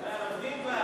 זה גם חרוז.